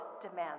demands